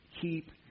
Keep